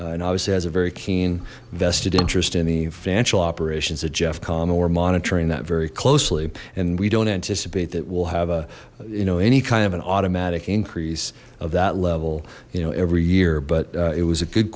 and obviously has a very keen vested interest in the financial operations at jeff comm and we're monitoring that very closely and we don't anticipate that we'll have a you know any kind of an automatic increase of that level you know every year but it was a good